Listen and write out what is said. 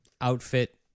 outfit